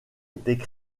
étaient